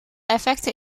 effecten